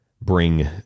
bring